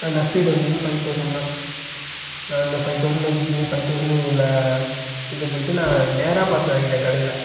ஆனால் நஷ்ட ஈடு வந்தது ஃபை தௌசண்ட் தான் நான் இந்த ஃபை தௌசண்ட் வச்சு திரும்பி ஃபை தௌசணுக்குள்ள இது போய்ட்டு நான் நேராக பார்த்து வாங்கிட்டேன் கடையில்